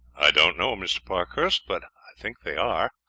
i don't know, mr. parkhurst, but i think they are.